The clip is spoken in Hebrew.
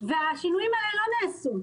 השינויים הללו לא נעשו.